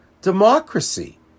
Democracy